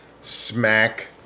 smack